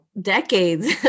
decades